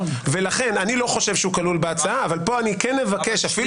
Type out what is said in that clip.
לא חושב שכלול בהצעה אבל אבקש אפילו